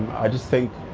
i just think,